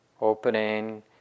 Opening